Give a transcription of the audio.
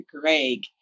Greg